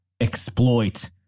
exploit